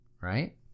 right